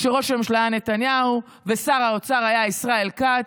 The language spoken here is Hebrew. כשראש הממשלה היה נתניהו ושר האוצר היה ישראל כץ,